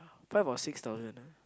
five or six thousand ah